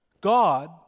God